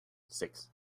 six